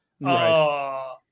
Right